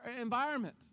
environment